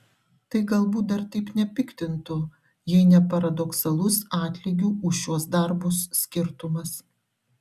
tai galbūt dar taip nepiktintų jei ne paradoksalus atlygių už šiuos darbus skirtumas